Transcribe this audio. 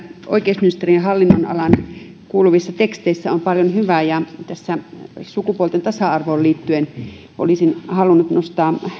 oikeusministeriön hallinnonalaan kuuluvissa teksteissä on paljon hyvää ja sukupuolten tasa arvoon liittyen olisin halunnut nostaa